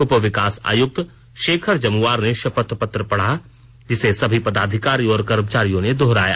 उप विकास आयुक्त शेखर जमुआर ने शपथ पत्र पढ़ा जिसे सभी पदाधिकारियों और कर्मचारियों ने दोहराया